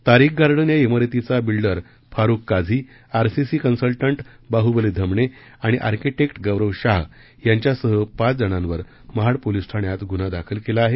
तारीक garden या शिरतीचा builder Farooq Kazi RCC consultant Bahubali Dhamane आणि अर्किटेक्ट गौरव शाह यांच्यासह पाच जणांवर महाड पोलीस ठाण्यात गुन्हा दाखल केला आहे